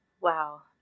Wow